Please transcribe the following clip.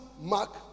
mark